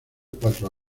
cuatro